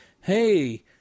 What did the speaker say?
hey